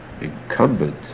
incumbent